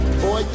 boy